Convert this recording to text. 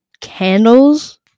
candles